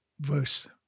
verse